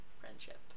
friendship